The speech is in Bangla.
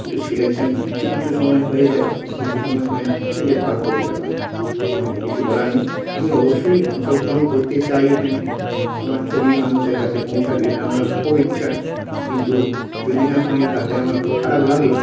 কিন্তু সিলেকশন কিছু কিছু সময় হয়ে যায় কিছু কিছু সময় হয় না নিজের ভাগ্যর ব্যাপার এখানে কিছু করার নেই আমি অবশ্যই অংশগ্রহণ করতে চাই এখানে আমার ছবি মানুষের কাছে পৌঁছাক এটা আমার খুব ইচ্ছা কিন্তু যদি না হয় তাতে আমার খুব খারাপ লাগে